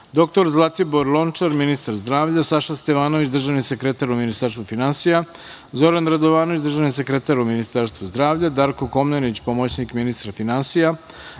dr Zlatibor Lončar, ministar zdravlja, Saša Stevanović, državni sekretar u Ministarstvu finansija, Zoran Radovanović, državni sekretar u Ministarstvu zdravlja, Darko Komnenić, pomoćnik ministra finansija,